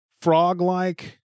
frog-like